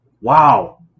Wow